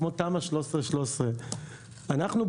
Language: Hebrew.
כמו תמ"א 13/13. אנחנו,